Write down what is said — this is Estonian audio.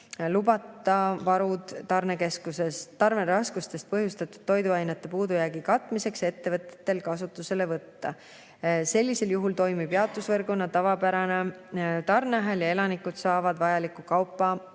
lubada varud tarneraskustest põhjustatud toiduainete puudujäägi katmiseks ettevõtetel kasutusele võtta. Sellisel juhul toimib jaotusvõrguna tavapärane tarneahel ja elanikud saavad vajalikku kaupa